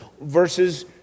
versus